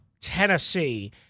Tennessee